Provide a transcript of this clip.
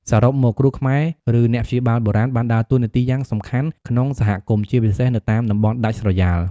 សរុបមក គ្រូខ្មែរ ឬអ្នកព្យាបាលបុរាណ បានដើរតួនាទីយ៉ាងសំខាន់ក្នុងសហគមន៍ ជាពិសេសនៅតាមតំបន់ដាច់ស្រយាល។